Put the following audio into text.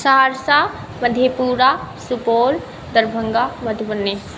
Saharsa Madhepura Supaul Darbhanga Madhubani